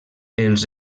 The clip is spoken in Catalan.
els